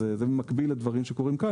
אז זה במקביל לדברים שקורים כאן,